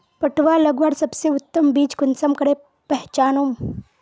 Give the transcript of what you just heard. पटुआ लगवार सबसे उत्तम बीज कुंसम करे पहचानूम?